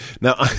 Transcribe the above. Now